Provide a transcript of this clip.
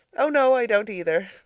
oh no, i don't either!